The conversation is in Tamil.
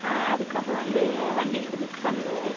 அதுக்காக வந்து வண்டி வந்து புக் பண்ணனும்